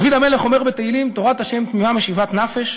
דוד המלך אומר לנו בתהילים: תורת ה' תמימה משיבת נפש,